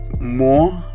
more